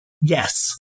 yes